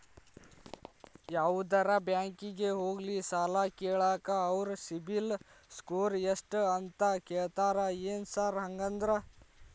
ಯಾವದರಾ ಬ್ಯಾಂಕಿಗೆ ಹೋಗ್ಲಿ ಸಾಲ ಕೇಳಾಕ ಅವ್ರ್ ಸಿಬಿಲ್ ಸ್ಕೋರ್ ಎಷ್ಟ ಅಂತಾ ಕೇಳ್ತಾರ ಏನ್ ಸಾರ್ ಹಂಗಂದ್ರ?